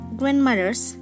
grandmother's